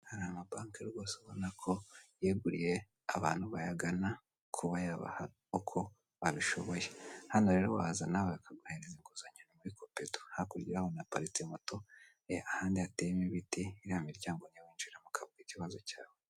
Hari ama banke rwose ubonako yaguriye abantu bayagana kuba yabaha uko babishoboye hano rero wahaza nawe bakaguhereza Inguzanyo kuri copedu hakurya yaho hanaparitse moto ahandi hateyemo ibiti iriya miryango niyo winjiramo ukavuga ikibazo cyawe.